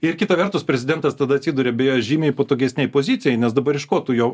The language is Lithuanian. ir kita vertus prezidentas tada atsiduria beje žymiai patogesnėj pozicijoj nes dabar iš ko tu jau